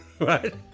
right